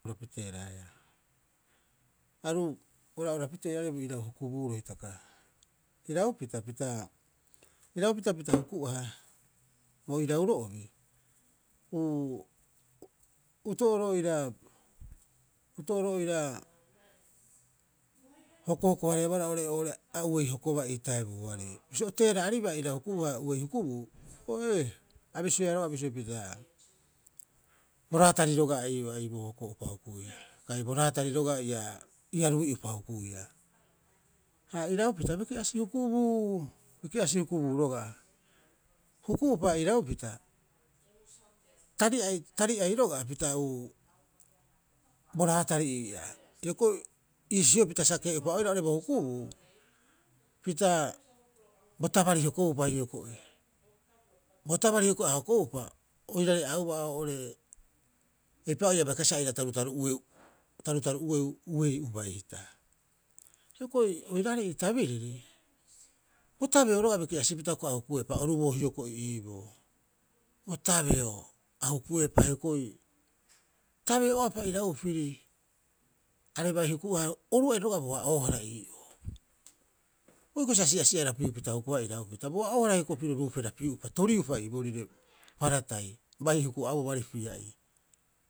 Aru ora'ora pitee oiraarei irau hukubuuro hitaka. Iraupita pita iraupita pita huku'aha bo irauro'obi uu, uto'oro oira, uto'oro oira, hokohoko- harebohara oo'ore oo'ore a uei hokobaa iitaibuoarei. Bisio o teera'aribaa irau hukubuu haia uei hukubuu, ooee, a bisioea roga'a bisio pita bo raatari roga'a ii'aa ia rui'uopa hukuia hukuiaa kai bo raatari rogaa ia ia rui'uopa hukuiaa. Ha iraupita biki'asi hukubuu, biki'asi hukubuu roga'a. Huku'upa iraupita, tari'ai, tari'ai rogaa pita uu, bo raatari ii'aa. Hioko'i iisio pita sakee'upa oira bo hukubuu pita bo tabari hokoupa hioko'i. Bo tabari hioko'i a hokoupa oirare'aauba oo'ore eipa'oo a bai kasibaa sa aira rarutaru'ueu tarutaru'ueu uei ubai hita. Hioko'i oiraarei ii tabiriri, bo tabeo rogaa biki'asipita a hukuepa oruboo hioko'i iiboo. Bo tabeo a hukuepa hioko'i, tabeo'aapa irau piri, are bai huku'aha oru aira rogaa boa'oohara ii'oo. Boikiro sa si'asi'arapiupita huku'aha iraupita. Boa'oohara hioko'i piro ruuperapi'upa torupa iiboorire paratai, bai hu'aauba baari pia'ii.